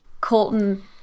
Colton